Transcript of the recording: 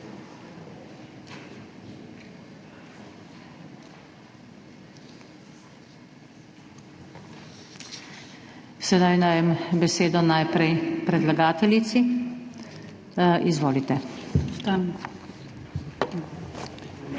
Sedaj dajem besedo najprej predlagateljici, izvolite.